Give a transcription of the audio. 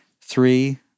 three